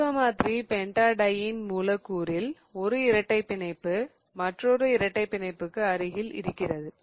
23 pentadiene 23 pentadiene மூலக்கூறில் ஒரு இரட்டைப் பிணைப்பு மற்றொரு இரட்டை பிணைப்புக்கு அருகில் இருக்கிறது